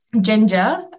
Ginger